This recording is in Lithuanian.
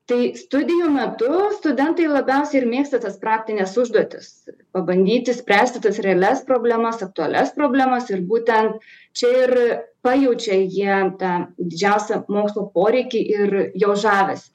tai studijų metu studentai labiausiai ir mėgsta tas praktines užduotis pabandyti spręsti tas realias problemas aktualias problemas ir būtent čia ir pajaučia jie tą didžiausią mokslo poreikį ir jo žavesį